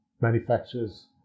manufacturers